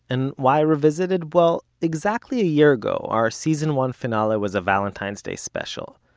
and why revisited? well, exactly a year ago, our season one finale was a valentine's day special.